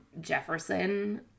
Jefferson